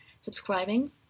subscribing